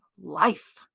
life